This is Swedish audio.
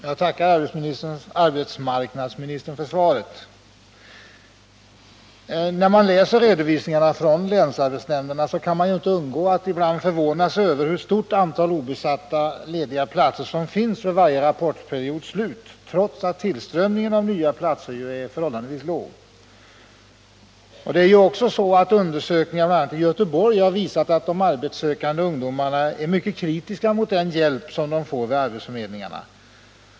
Herr talman! Jag tackar arbetsmarknadsministern för svaret. När man läser redovisningarna från länsarbetsnämnderna kan man inte undgå att ibland förvåna sig över hur stort antal obesatta lediga platser som finns vid varje rapportperiods slut trots att tillströmningen av nya platser är förhållandevis låg. Undersökningar bl.a. i Göteborg har visat att de arbetssökande ungdomarna är kritiska mot den hjälp de får vid arbetsförmedlingarna.